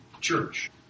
church